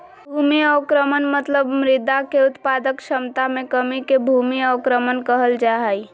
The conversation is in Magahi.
भूमि अवक्रमण मतलब मृदा के उत्पादक क्षमता मे कमी के भूमि अवक्रमण कहल जा हई